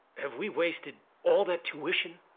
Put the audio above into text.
have we wasted all that tuition?